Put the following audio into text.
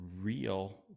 real